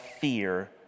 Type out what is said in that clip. fear